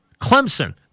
Clemson